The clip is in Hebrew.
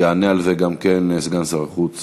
יענה על זה גם כן סגן שר החוץ